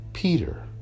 Peter